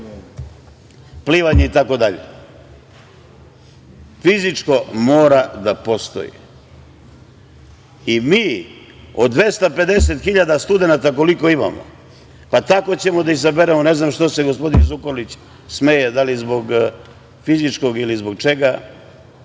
klizanje i plivanje. Fizičko mora da postoji i mi od 250 hiljada studenata, koliko imamo, pa kako ćemo da izaberemo… Ne znam što se gospodin Zukorlić smeje, da li zbog fizičkog ili zbog